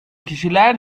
kişiler